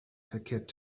verkehrt